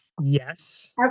Yes